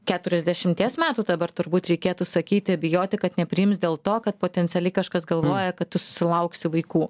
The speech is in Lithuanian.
keturiasdešimties metų dabar turbūt reikėtų sakyti bijoti kad nepriims dėl to kad potencialiai kažkas galvoja kad tu susilauksi vaikų